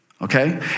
Okay